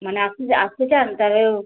মানে আপনি কি আসতে চান তাহলে